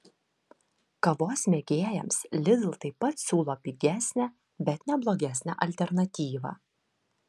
kavos mėgėjams lidl taip pat siūlo pigesnę bet ne blogesnę alternatyvą